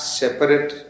separate